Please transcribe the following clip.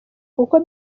kuko